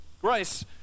Grace